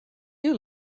you